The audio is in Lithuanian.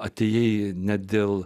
atėjai ne dėl